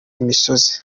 imisozi